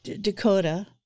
Dakota